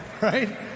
right